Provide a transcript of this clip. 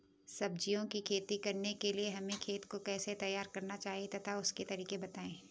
सब्जियों की खेती करने के लिए हमें खेत को कैसे तैयार करना चाहिए तथा उसके तरीके बताएं?